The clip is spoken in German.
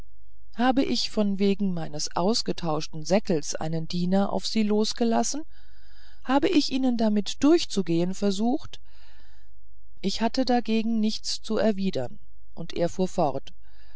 hab ich von wegen meines ausgetauschten säckels einen diener auf sie losgelassen hab ich ihnen damit durchzugehen versucht ich hatte dagegen nichts zu erwidern er fuhr fort